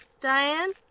Diane